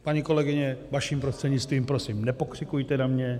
Paní kolegyně, vaším prostřednictvím , prosím, nepokřikujte na mě.